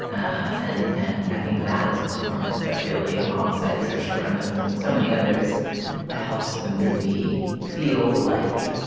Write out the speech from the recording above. ah and and i think that is a performance that really alongside social cronin's and so many others helps the movie feel like.